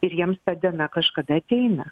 ir jiems ta diena kažkada ateina